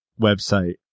website